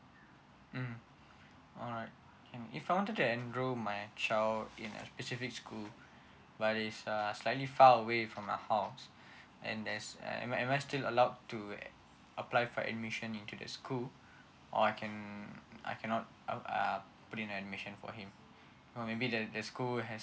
mm alright can if I wanted to enroll my child in a specific school but is err slightly far away from my house and there is um am I still allowed to apply for admission into that school or I can um I cannot uh put in admission for him maybe that that school has